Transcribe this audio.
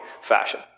fashion